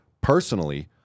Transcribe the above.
personally